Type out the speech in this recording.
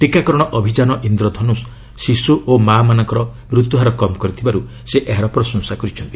ଟୀକାକରଣ ଅଭିଯାନ 'ଇନ୍ଦ୍ର ଧନୁଷ' ଶିଶୁ ଓ ମାଆ ମାନଙ୍କର ମୃତ୍ୟୁହାର କମ୍ କରିଥିବାରୁ ସେ ଏହାର ପ୍ରଶଂସା କରିଛନ୍ତି